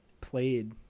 played